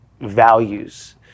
Values